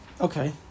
okay